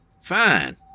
Fine